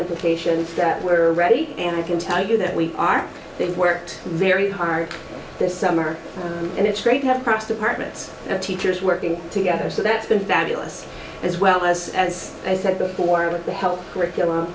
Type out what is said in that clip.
implications that were ready and i can tell you that we are they've worked very hard this summer and it's great to have crossed apartments and teachers working together so that's been fabulous as well as as i said before with the help curriculum